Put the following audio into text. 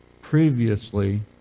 previously